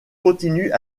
continuent